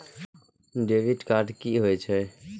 Debit card की होय छे?